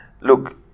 Look